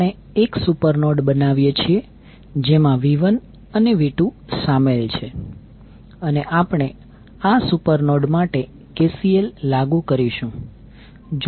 આપણે એક super node બનાવીએ છીએ જેમાં V1 અને V2 શામેલ છે અને આપણે આ સુપર નોડ માટે KCL લાગુ કરીશું